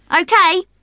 Okay